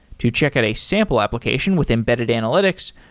to check out a sample application with embedded analytics,